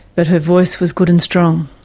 but her voice was good and strong.